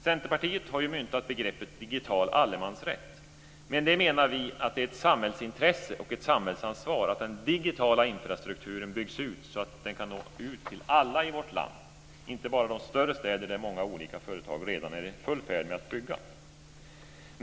Centerpartiet har ju myntat begreppet digital allemansrätt. Med det menar vi att det är ett samhällsintresse och ett samhällsansvar att den digitala infrastrukturen byggs ut så att den kan nå ut till alla i vårt land, inte bara de större städer där många olika företag redan är i full färd med att bygga.